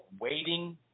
waiting